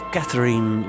Catherine